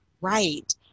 Right